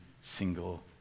single